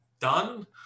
done